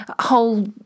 whole